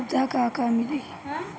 सुविधा का का मिली?